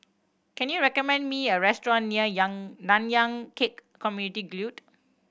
can you recommend me a restaurant near yang Nanyang Khek Community Guild